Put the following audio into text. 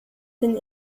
den